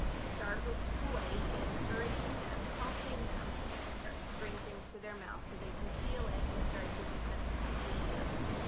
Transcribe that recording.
start with toys and encouraging them, helping them start to bring things to their mouth so they can feel it and start to desensitize this area.